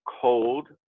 cold